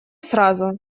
сразу